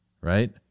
right